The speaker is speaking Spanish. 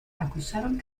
acusaron